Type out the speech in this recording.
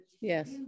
Yes